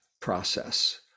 process